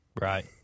right